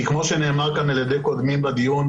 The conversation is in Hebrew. כי כמו שנאמר כאן על ידי קודמי בדיון,